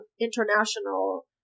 international